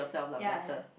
ya yes